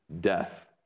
death